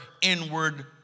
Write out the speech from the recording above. inward